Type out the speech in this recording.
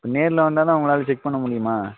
இப்போ நேரில் வந்தால் தான் உங்களால் செக் பண்ண முடியுமா